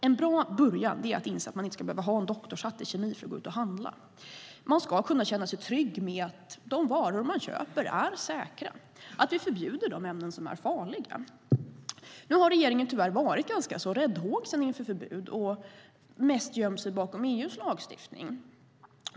En bra början är att inse att man inte ska behöva ha en doktorshatt i kemi för att gå ut och handla. Man ska kunna känna sig trygg med att de varor man köper är säkra, att vi förbjuder de ämnen som är farliga. Nu har regeringen tyvärr varit ganska räddhågsen inför förbud och mest gömt sig bakom EU:s lagstiftning.